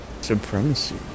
Supremacy